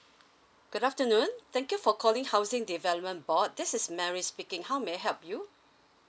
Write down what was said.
good afternoon thank you for calling housing development board this is mary speaking how may I help you